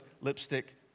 lipstick